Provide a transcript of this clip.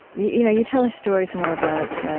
you know you tell a story somewhere about